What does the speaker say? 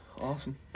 Awesome